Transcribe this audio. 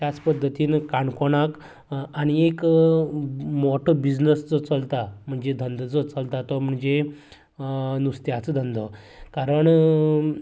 त्याच पद्दतीन काणकोणांक आनीक एक मोटो बिजनेस जो चलता म्हणजे धंदो जो चलता तो म्हणजे नुस्त्याचो धंदो कारण